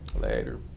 Later